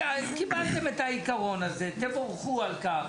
קיבלתם את העיקרון הזה תבורכו על כך.